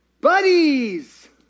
Buddies